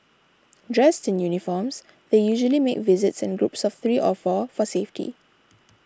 dressed in uniforms they usually make visits in groups of three of four for safety